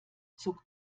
zog